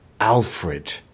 alfred